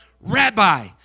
Rabbi